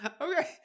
okay